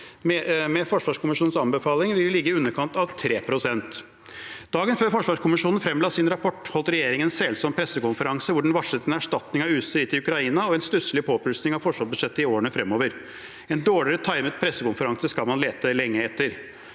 Med forsvarskommisjonens anbefalinger vil vi ligge i underkant av 3 pst. Dagen før forsvarskommisjonen fremla sin rapport, holdt regjeringen en selsom pressekonferanse, hvor den varslet en erstatning av utstyr gitt til Ukraina og en stusslig påplussing av forsvarsbudsjettet i årene fremover. En dårligere timet pressekonferanse skal man lete lenge etter.